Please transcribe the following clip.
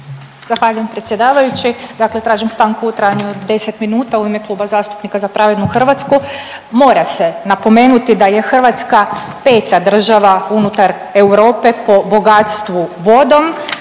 Zahvaljujem predsjedavajući. Dakle, tražim stanku u trajanju od 10 minuta u ime Kluba zastupnika Za pravednu Hrvatsku. Mora se napomenuti da je Hrvatska 5 država unutar Europe po bogatstvu vodom.